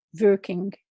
working